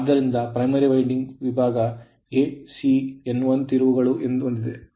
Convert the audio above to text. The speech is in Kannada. ಆದ್ದರಿಂದ primary ವೈಂಡಿಂಗ್ ವಿಭಾಗ A C N1 ಅನ್ನು ತಿರುವುಗಳು ಹೊಂದಿದೆ